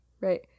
right